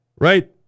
Right